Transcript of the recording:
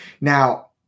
Now